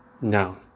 Now